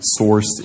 sourced